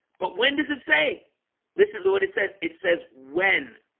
but when does it say listen to what it says it says when?